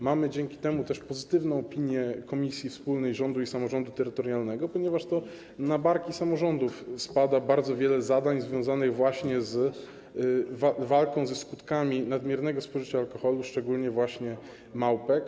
Mamy dzięki temu pozytywną opinię Komisji Wspólnej Rządu i Samorządu Terytorialnego, ponieważ to na barki samorządów spada bardzo wiele zadań związanych właśnie z walką ze skutkami nadmiernego spożycia alkoholu, szczególnie małpek.